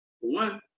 one